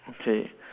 okay